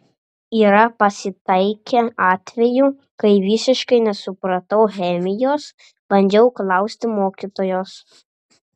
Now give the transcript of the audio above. yra pasitaikę atvejų kai visiškai nesupratau chemijos bandžiau klausti mokytojos